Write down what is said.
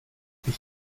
ich